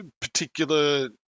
particular